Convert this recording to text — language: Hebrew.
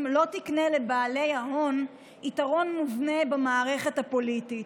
לא תקנה לבעלי הון יתרון מובנה במערכת הפוליטית.